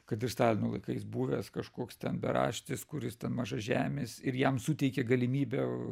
kad ir stalino laikais buvęs kažkoks beraštis kuris ten mažažemis ir jam suteikė galimybę